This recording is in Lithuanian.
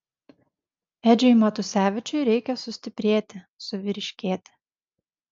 edžiui matusevičiui reikia sustiprėti suvyriškėti